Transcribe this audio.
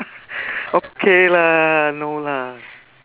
okay lah no lah